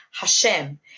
Hashem